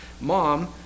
mom